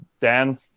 Dan